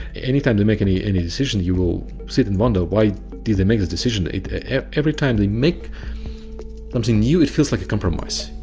any time they make any any decision, you will sit and wonder why did they make this decision? every time they make something new, it feels like a compromise.